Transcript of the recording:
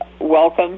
Welcome